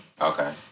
okay